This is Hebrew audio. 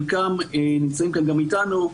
חלקם נמצאים גם כאן איתנו,